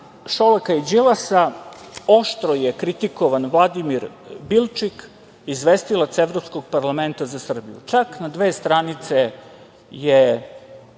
Šolaka i Đilasa oštro je kritikovan Vladimir Bilčik, izvestilac Evropskog parlamenta za Srbiju, čak na dve stranice se